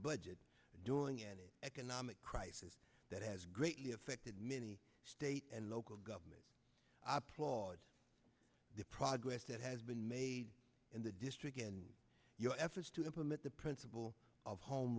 budget during an economic crisis that has greatly affected many state and local government i applaud the progress that has been made in the district and your efforts to implement the principle of home